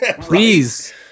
Please